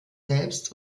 selbst